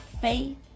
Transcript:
faith